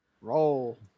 Roll